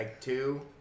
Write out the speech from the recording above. two